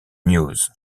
news